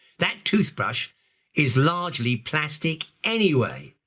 that toothbrush is largely plastic anyway.